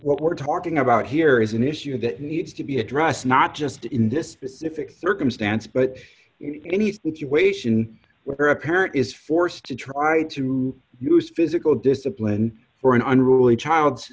what we're talking about here is an issue that needs to be addressed not just in this specific circumstance but in any situation where a parent is forced to try to use physical discipline for an unruly child